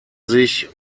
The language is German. sich